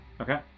Okay